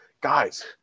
Guys